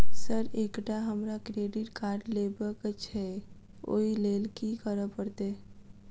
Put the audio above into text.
Sir एकटा हमरा credit card लेबकै छैय ओई लैल की करऽ परतै?